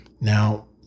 Now